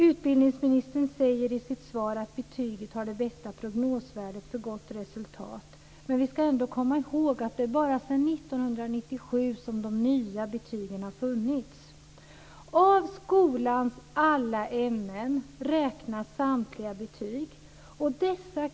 Utbildningsministern säger i sitt svar att betyget har det bästa prognosvärdet för gott resultat. Men vi ska komma ihåg att de nya betygen har funnits bara sedan 1997.